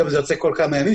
היום זה יוצא כל כמה ימים,